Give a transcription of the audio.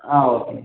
ஆ ஓகேங்க